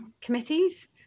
committees